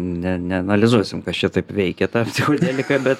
ne neanalizuosim kas čia taip veikė tą psichodeliką bet